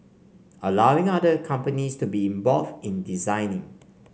allowing other companies to be involved in designing